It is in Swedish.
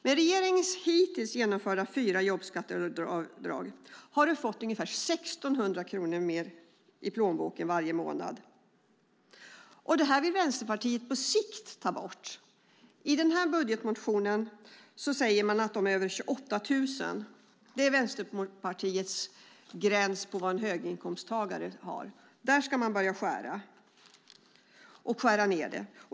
Med regeringens hittills genomförda fyra jobbskatteavdrag har de fått ungefär 1 600 kronor mer i plånboken varje månad. Detta vill Vänsterpartiet på sikt ta bort. I sin budgetmotion säger man att man ska börja skära ned detta för dem som har en lön på över 28 000 kronor i månaden. Där går Vänsterpartiets gräns för vad som är en höginkomsttagare.